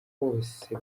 hose